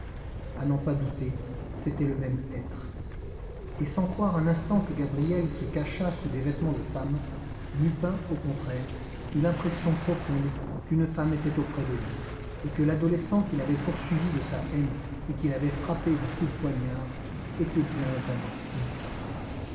à n'en pas douter c'était le même être et sans croire un instant que gabriel se cachât sous des vêtements de femme lupin au contraire eut l'impression profonde qu'une femme était auprès de lui et que l'adolescent qui l'avait poursuivi de sa haine et qui l'avait frappé d'un coup de poignard était bien vraiment une femme